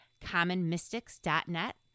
commonmystics.net